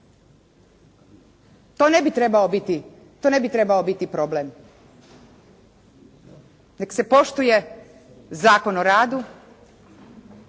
To ne bi trebao biti problem. Nek se poštuje Zakon o radu